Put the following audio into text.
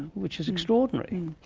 which is extraordinary.